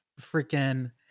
freaking